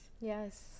Yes